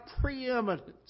preeminence